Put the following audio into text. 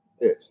Yes